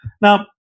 Now